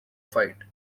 fight